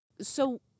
So-